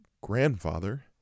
grandfather